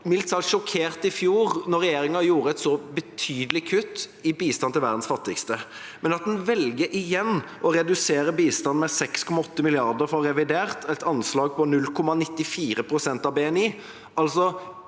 mildt sagt sjokkert i fjor da regjeringa gjorde et så betydelig kutt i bistand til verdens fattigste. Men at en igjen velger å redusere bistanden, med 6,8 mrd. kr fra revidert, et anslag på 0,94 pst. av BNI